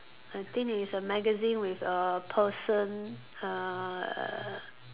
I think it's a magazine with a person uh